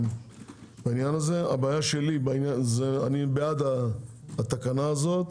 אני בעד התקנה הזו.